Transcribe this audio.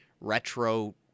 retro